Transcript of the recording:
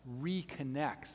reconnects